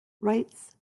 writes